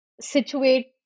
situate